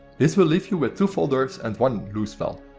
this will leave you with two folders and one loose file.